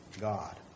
God